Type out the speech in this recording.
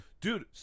Dude